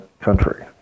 country